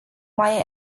mai